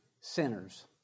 Sinners